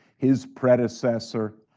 his predecessor,